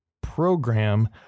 program